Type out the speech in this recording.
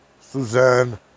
Suzanne